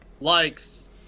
likes